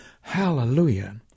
Hallelujah